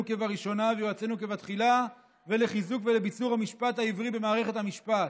כבראשונה ויועצינו כבתחילה לחיזוק ולביצור המשפט העברי במערכת המשפט,